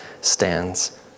stands